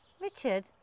Richard